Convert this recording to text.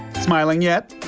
smiling yet.